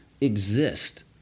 exist